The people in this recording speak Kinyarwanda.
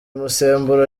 musemburo